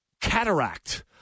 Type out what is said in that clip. cataract